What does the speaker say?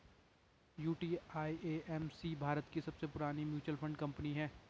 UTI AMC Bharat की सबसे पुरानी म्यूचुअल फंड कंपनी है